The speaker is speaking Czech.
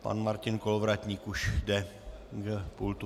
Pan Martin Kolovratník už jde k pultu.